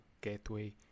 gateway